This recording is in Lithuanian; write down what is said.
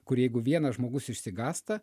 kur jeigu vienas žmogus išsigąsta